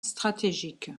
stratégique